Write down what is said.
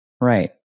Right